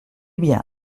bien